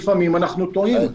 לפעמים אנחנו טועים.